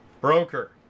broker